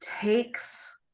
takes